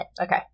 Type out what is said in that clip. Okay